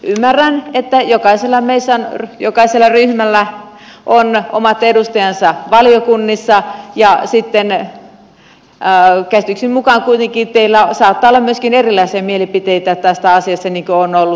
ymmärrän että jokaisella ryhmällä on omat edustajansa valiokunnissa ja käsitykseni mukaan teillä kuitenkin saattaa olla myöskin erilaisia mielipiteitä tästä asiasta niin kuin on ollut